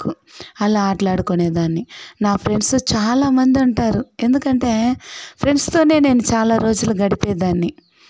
అలా ఆటలాడుకునే దాన్ని నా ఫ్రెండ్సు చాలా మంది అంటారు ఎందుకంటే ఫ్రెండ్స్తోనే నేను చాలా రోజులు గడిపే దాన్ని